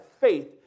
faith